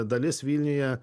dalis vilniuje